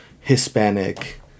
Hispanic